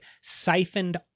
siphoned